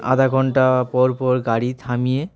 আধা ঘণ্টা পর পর গাড়ি থামিয়ে